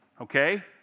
Okay